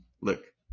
look